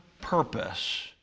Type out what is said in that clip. purpose